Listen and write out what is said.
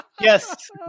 yes